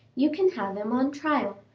you can have him on trial,